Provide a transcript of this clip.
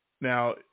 Now